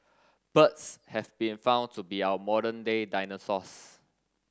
birds have been found to be our modern day dinosaurs